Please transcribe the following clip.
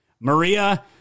Maria